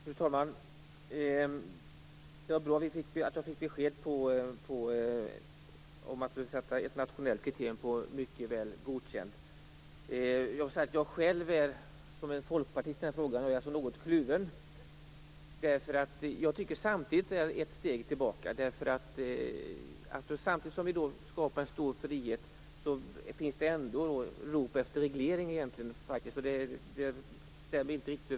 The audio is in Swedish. Fru talman! Det var bra att vi fick besked om att man skall fastställa ett nationellt kriterium för betyget Mycket väl godkänd. Jag är själv som en folkpartist i denna fråga, något kluven. Jag tycker att det samtidigt är ett steg tillbaka. Samtidigt som vi skapar en stor frihet finns det ändå rop efter reglering. Det stämmer inte riktigt.